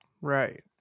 Right